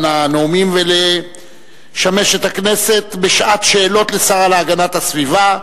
הנואמים ולשמש את הכנסת בשעת שאלות לשר להגנת הסביבה.